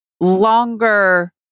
longer